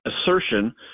assertion